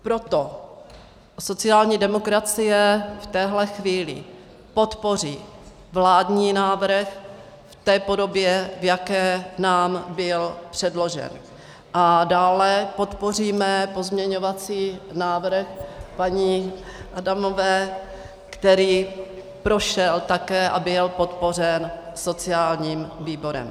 Proto sociální demokracie v téhle chvíli podpoří vládní návrh v té podobě, v jaké nám byl předložen, a dále podpoříme pozměňovací návrh paní Adamové, který prošel také a byl podpořen sociálním výborem.